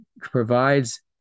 provides